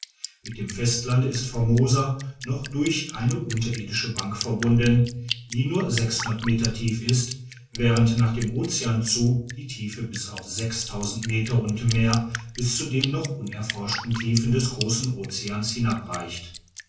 mit dem festlande ist formosa noch durch eine unterirdische bank verbunden die nur meter tief ist während nach dem ocean zu die tiefe bis auf meter und mehr bis zu den noch unerforschten tiefen des grossen oceans